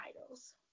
titles